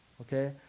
okay